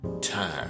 time